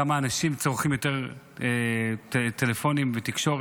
כמה אנשים צורכים יותר טלפונים ותקשורת.